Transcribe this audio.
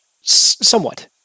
Somewhat